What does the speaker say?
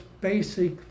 basic